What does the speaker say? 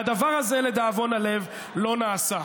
והדבר הזה, לדאבון הלב, לא נעשה.